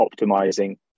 optimizing